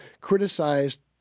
criticized